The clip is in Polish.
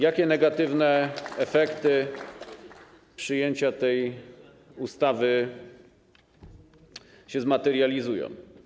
Jakie negatywne efekty przyjęcia tej ustawy się zmaterializują?